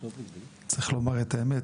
צריך לומר את האמת,